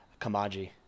Kamaji